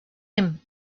him